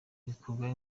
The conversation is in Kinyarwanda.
ibikorwa